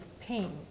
pain